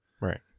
Right